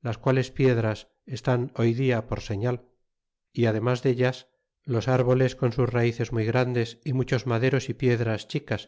las quales piedras estan hoy en dia por señal y además dellas los árboles con sus raices muy grandes é muchos maderos é piedras chicas